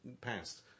past